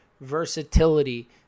versatility